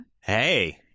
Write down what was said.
Hey